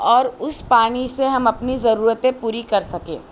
اور اس پانی سے ہم اپنی ضرورتیں پوری کر سکیں